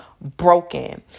broken